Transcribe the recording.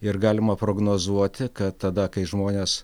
ir galima prognozuoti kad tada kai žmonės